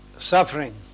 suffering